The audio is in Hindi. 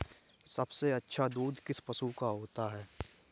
सबसे अच्छा दूध किस पशु का होता है?